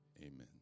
Amen